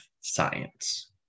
science